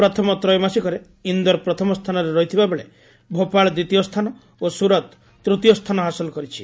ପ୍ରଥମ ତ୍ରୟୋମାସିକାରେ ଇନ୍ଦୋର ପ୍ରଥମ ସ୍ଥାନରେ ରହିଥିବା ବେଳେ ଭୋପାଳ ଦ୍ୱିତୀୟ ସ୍ଥାନ ଓ ସୁରତ ତୃତୀୟ ସ୍ଥାନ ହାସଲ କରିଛି